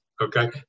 Okay